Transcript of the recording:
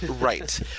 Right